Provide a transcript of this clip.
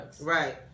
right